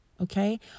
okay